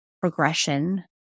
progression